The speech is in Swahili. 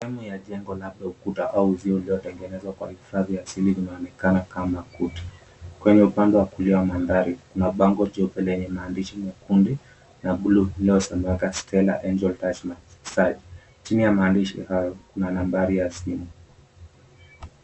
Ndani ya jengo, labda ukuta au uzio uliotengenezwa kwa vifaa vya asili vinavyoonekana kama makuti. Kwenye upande wa kulia wa mandhari kuna bango jeupe lenye maandishi nyekundu na buluu iliyosomeka "STELLA ANGEL TOUCH MASSAGE". Chini ya maandishi hayo, kuna nambari ya simu.